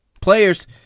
Players